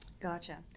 Gotcha